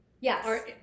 Yes